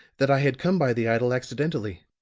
that i had come by the idol accidentally.